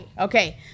Okay